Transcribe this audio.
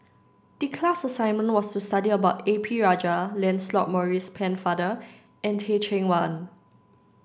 the class assignment was to study about A P Rajah Lancelot Maurice Pennefather and Teh Cheang Wan